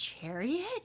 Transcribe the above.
Chariot